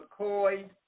McCoy